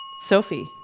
Sophie